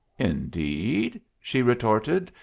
indeed? she retorted,